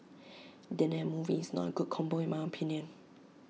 dinner and movie is not A good combo in my opinion